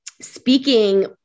speaking